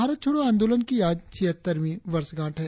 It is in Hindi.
भारत छोड़ो आंदोलन की आज छिहत्तरवीं वर्षगांठ है